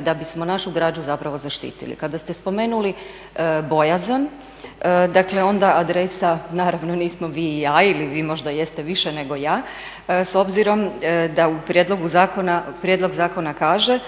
da bismo našu građu zapravo zaštitili. Kada ste spomenuli bojazan, dakle onda adresa, naravno nismo vi i ja, ili vi možda jeste više nego s obzirom da prijedlog zakona kaže